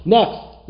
Next